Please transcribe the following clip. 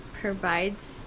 provides